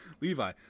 Levi